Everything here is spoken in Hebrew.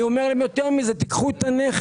יותר מזה, אני אומר להם: קחו את הנכס.